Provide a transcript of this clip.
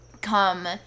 come